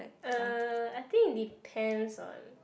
uh I think depends on